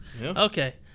Okay